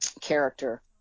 character